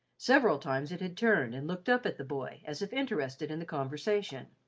several times it had turned and looked up at the boy as if interested in the conversation.